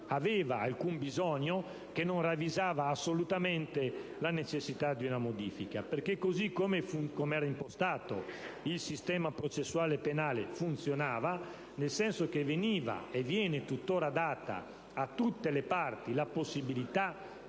per il quale non si ravvisava assolutamente la necessità di una modifica. Infatti, così com'era impostato, il sistema processuale penale funzionava, nel senso che veniva, e viene tuttora, data a tutte le parti la possibilità